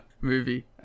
movie